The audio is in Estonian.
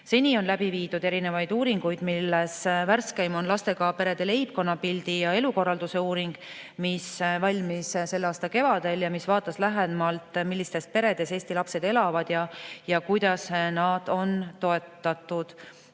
aega. Seni on läbi viidud erinevaid uuringuid, millest värskeim on lastega perede leibkonnapildi ja elukorralduse uuring, mis valmis selle aasta kevadel ja mis vaatas lähemalt, millistes peredes Eesti lapsed elavad ja kuidas nad on toetatud.